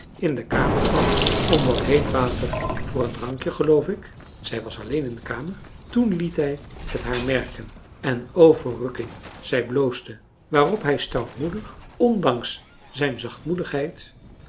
in de kamer kwam om wat heet water voor een drankje geloof ik zij was alleen in de kamer toen liet hij het haar merken en o verrukking zij bloosde waarop hij stoutmoedig ondanks zijn zachtmoedigheid